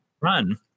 run